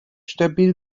stabil